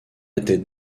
était